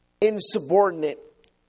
insubordinate